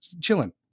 chilling